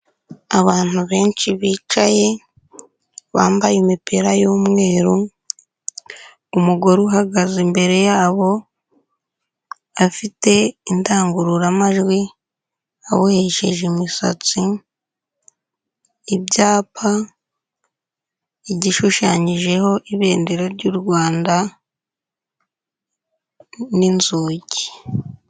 Abantu benshi bicaye bambaye imipira y'umweru, umugore uhagaze imbere yabo afite indangururamajwi abohesheje imisatsi, ibyapa, igishushanyijeho ibendera ry'u Rwanda n'inzugi.